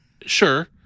Sure